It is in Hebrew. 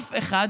אף אחד,